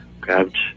grabbed